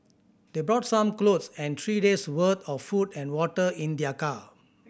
they brought some clothes and three days' worth of food and water in their car